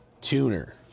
tuner